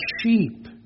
sheep